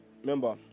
remember